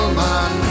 man